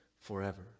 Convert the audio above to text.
forever